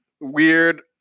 weird